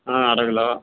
ஆ அரை கிலோ